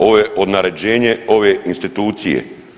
Ovo je odnarođenje ove institucije.